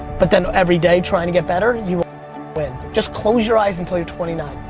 but then every day trying to get better you will win. just close your eyes until you're twenty nine.